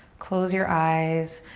close your eyes,